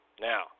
Now